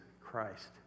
Christ